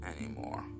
anymore